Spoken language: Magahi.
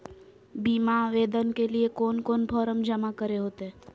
बीमा आवेदन के लिए कोन कोन फॉर्म जमा करें होते